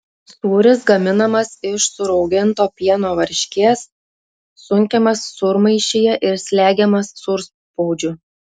sūris gaminamas iš surauginto pieno varškės sunkiamas sūrmaišyje ir slegiamas sūrspaudžiu